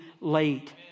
late